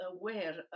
aware